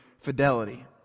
fidelity